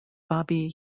bobby